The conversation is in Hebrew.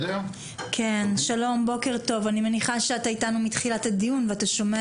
אני מניחה שאתה איתנו מתחילת הדיוק ואתה שומע